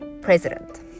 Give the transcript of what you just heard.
president